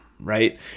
right